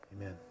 Amen